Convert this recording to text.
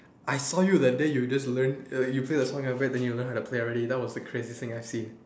I saw you that day you just learnt you play the song then after that you learnt how to play already that was the craziest thing I've seen